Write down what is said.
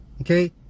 Okay